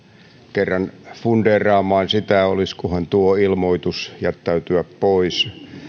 kerran fundeeraamaan sitä olisikohan tuo ilmoitus jättäytyä pois